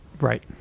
Right